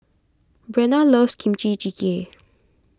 Brenna loves Kimchi Jjigae